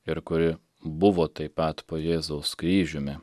ir kuri buvo taip pat po jėzaus kryžiumi